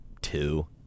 two